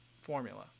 formula